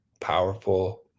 powerful